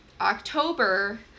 October